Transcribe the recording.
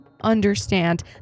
understand